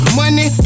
money